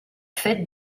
fait